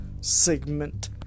segment